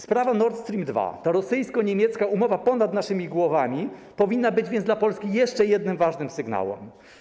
Sprawa Nord Stream 2, ta rosyjsko-niemiecka umowa ponad naszymi głowami, powinna być więc dla Polski jeszcze jednym ważnym sygnałem.